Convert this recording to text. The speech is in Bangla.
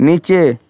নীচে